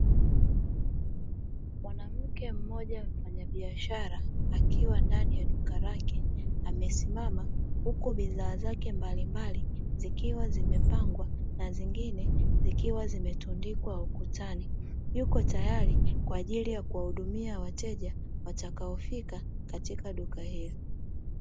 Mwanamke mmoja mfanyabiashara akiwa ndani ya duka lake amesimama huku bidhaa zake mbalimbali zikiwa zimepagwa na zingine zikiwa zimetundikwa ukutani, yuko tayari kwa ajili ya kuwahudumia wateja watakaofika katika duka hilo.